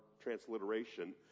transliteration